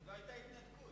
אז לא היתה התנתקות.